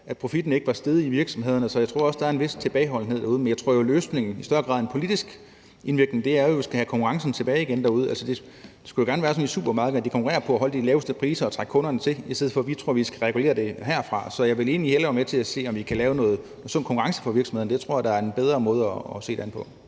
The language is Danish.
at profitten ikke var steget i virksomhederne. Så jeg tror også, at der er en vis tilbageholdenhed derude. Men jeg tror, at løsningen i højere grad end en politisk indvirkning er, at vi skal have konkurrencen tilbage igen derude. Altså, det skulle jo gerne være sådan, at supermarkederne konkurrerer på at holde de laveste priser og trække kunderne til, i stedet for at vi tror, at vi skal regulere det herindefra. Så jeg vil egentlig hellere være med til at se på, om vi kan lave noget sund konkurrence for virksomhederne. Det tror jeg er en bedre måde at se det på.